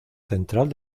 central